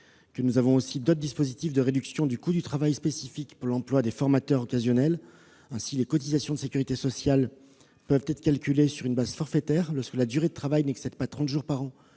existe déjà d'autres dispositifs de réduction du coût du travail qui sont spécifiquement destinés à l'emploi des formateurs occasionnels ; ainsi, les cotisations de sécurité sociale peuvent être calculées sur une base forfaitaire lorsque la durée de travail n'excède pas trente jours par an